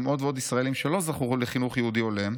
עוד ועוד ישראלים שלא זכו לחינוך יהודי הולם,